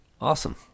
Awesome